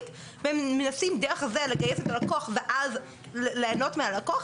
והם מנסים דרך זה לגייס את הלקוח ואז ליהנות מהלקוח.